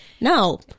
No